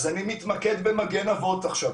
אז אני מתמקד ב"מגן אבות" עכשיו.